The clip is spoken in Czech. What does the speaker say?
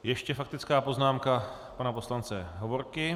Ještě faktická poznámka pana poslance Hovorky.